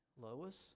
Lois